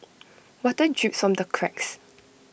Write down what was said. water drips from the cracks